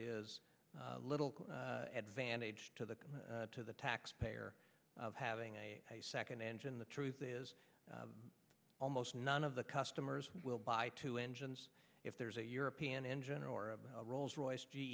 is little advantage to the to the taxpayer of having a second engine the truth is almost none of the customers will buy two engines if there's a european engine or a rolls royce g